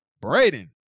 Braden